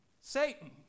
Satan